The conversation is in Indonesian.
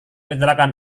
kecelakaan